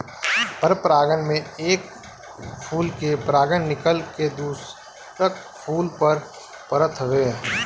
परपरागण में एक फूल के परागण निकल के दुसरका फूल पर परत हवे